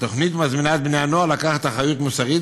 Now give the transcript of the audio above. התוכנית מזמינה את בני הנוער לקחת אחריות מוסרית